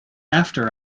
after